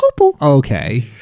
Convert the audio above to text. Okay